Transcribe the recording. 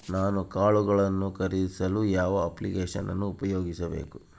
ನಾನು ಕಾಳುಗಳನ್ನು ಖರೇದಿಸಲು ಯಾವ ಅಪ್ಲಿಕೇಶನ್ ಉಪಯೋಗಿಸಬೇಕು?